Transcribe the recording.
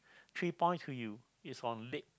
three point to you it's from late